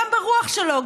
גם ברוח שלו,